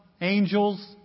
angels